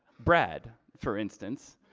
brad, for instance,